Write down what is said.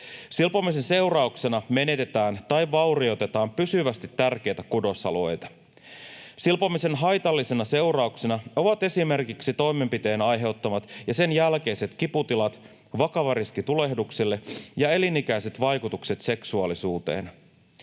Silpomisen seurauksena menetetään tai vaurioitetaan pysyvästi tärkeitä kudosalueita. Silpomisen haitallisina seurauksina ovat esimerkiksi toimenpiteen aiheuttamat ja sen jälkeiset kiputilat, vakava riski tulehdukselle ja elinikäiset vaikutukset seksuaalisuuteen.